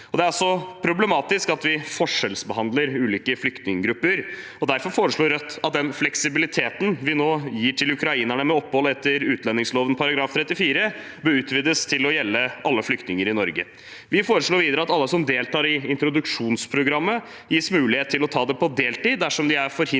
Det er også problematisk at vi forskjellsbehandler ulike flyktninggrupper. Derfor foreslår Rødt at den fleksibiliteten vi nå gir til ukrainerne med opphold etter utlendingsloven § 34, bør utvides til å gjelde alle flyktninger i Norge. Vi foreslår videre at alle som deltar i introduksjonsprogrammet, gis mulighet til å ta det på deltid dersom de er forhindret